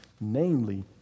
namely